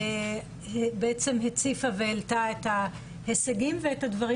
בעצם הציפה והעלתה את ההישגים ואת הדברים